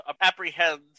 apprehend